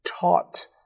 taught